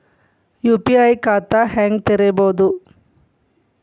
UPI ಖಾತಾ ಹೆಂಗ್ ತೆರೇಬೋದು?